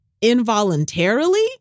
involuntarily